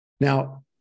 Now